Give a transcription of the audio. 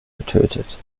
getötet